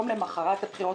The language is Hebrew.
יום למחרת הבחירות,